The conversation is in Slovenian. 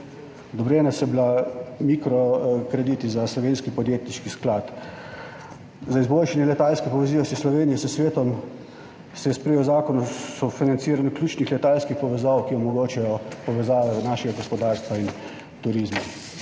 Odobreni so bili mikrokrediti za Slovenski podjetniški sklad. Za izboljšanje letalske povezanosti Slovenije s svetom se je sprejel zakon o sofinanciranju ključnih letalskih povezav, ki omogočajo povezave našega gospodarstva in turizma.